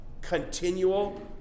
continual